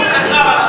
נאום קצר על הטרור.